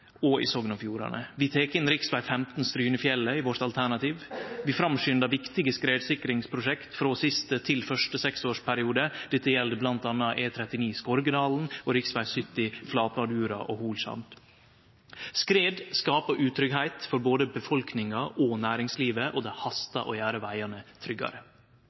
Romsdal og Sogn og Fjordane. Vi tek inn rv. 15 Strynefjellet i vårt alternativ, og vi framskundar viktige skredsikringsprosjekt frå siste til første seksårsperiode. Det gjeld bl.a. E39 Skorgedalen og rv. 70 Flatvadura og Hoelsand. Skred skaper utryggleik for både befolkninga og næringslivet, og det hastar å gjere vegane tryggare.